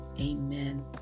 Amen